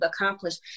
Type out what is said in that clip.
accomplished